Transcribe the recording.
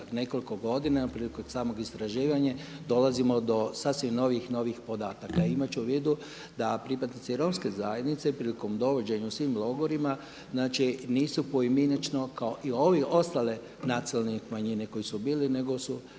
nekoliko godina prilikom samog istraživanja dolazimo do sasvim novih podataka. Imajući u vidu da pripadnici romske zajednice prilikom dovođenja u sve logore nisu poimenično kao i ovi ostali nacionalne manjene koje su bile nego su